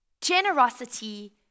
Generosity